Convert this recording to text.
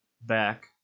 back